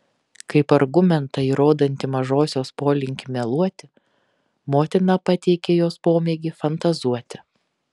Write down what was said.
kaip argumentą įrodantį mažosios polinkį meluoti motina pateikė jos pomėgį fantazuoti